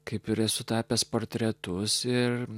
kaip ir esu tapęs portretus ir